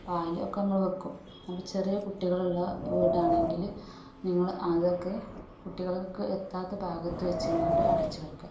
പാൽ ഒക്കെ നമ്മൾ വയ്ക്കും അപ്പം ചെറിയ കുട്ടികളുള്ള വീടാണെങ്കിൽ നിങ്ങൾ അതൊക്കെ കുട്ടികൾക്ക് എത്താത്ത ഭാഗത്ത് വച്ചെങ്ങാനും അടച്ചു വയ്ക്കുക